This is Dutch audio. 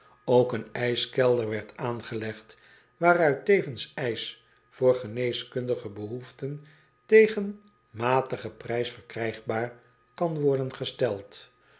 ok een ijskelder werd aangelegd waaruit tevens ijs voor geneeskundige behoeften tegen matigen prijs verkrijgbaar kan worden gesteld